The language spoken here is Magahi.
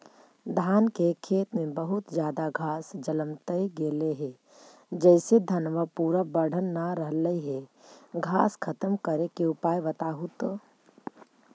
धान के खेत में बहुत ज्यादा घास जलमतइ गेले हे जेसे धनबा पुरा बढ़ न रहले हे घास खत्म करें के उपाय बताहु तो?